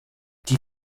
die